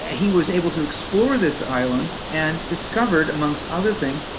he was able to explore this island and discovered, amongst other things,